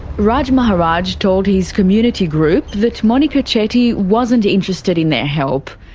raj maharaj told his community group that monika chetty wasn't interested in their help.